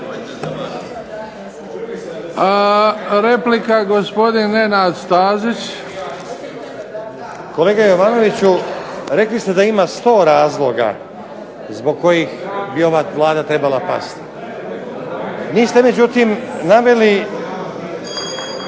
Stazić. **Stazić, Nenad (SDP)** Kolega Jovanoviću rekli ste da ima 100 razloga zbog kojih bi ova Vlada trebala pasti. Niste međutim naveli